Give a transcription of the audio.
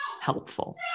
helpful